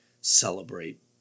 celebrate